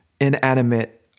inanimate